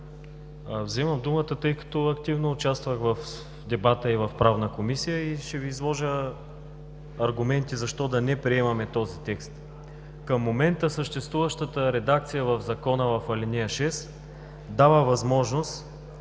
Взимам думата, тъй като активно участвах в дебата в Правната комисия и ще Ви изложа аргументи защо да не приемаме този текст. Към момента съществуващата редакция в Закона в ал. 6 дава възможност